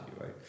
right